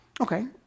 Okay